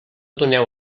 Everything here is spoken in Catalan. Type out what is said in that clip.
doneu